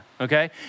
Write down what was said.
okay